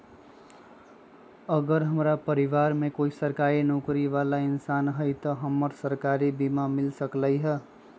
अगर हमरा परिवार में कोई सरकारी नौकरी बाला इंसान हई त हमरा सरकारी बीमा मिल सकलई ह?